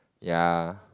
ya